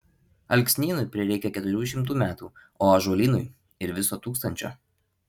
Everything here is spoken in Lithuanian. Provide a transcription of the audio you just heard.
alksnynui prireikia keturių šimtų metų o ąžuolynui ir viso tūkstančio